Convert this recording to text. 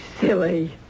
silly